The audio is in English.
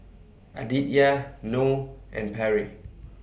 Aditya Noe and Perry